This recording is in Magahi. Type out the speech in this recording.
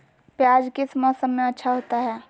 प्याज किस मौसम में अच्छा होता है?